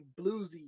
bluesy